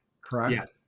correct